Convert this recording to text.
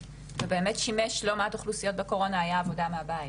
זה באמת שימש לא מעט אוכלוסיות בקורונה הייתה עבודה מהבית,